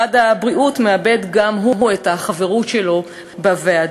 משרד הבריאות מאבד גם הוא את החברות שלו בוועדה.